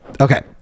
Okay